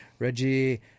Reggie